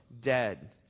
dead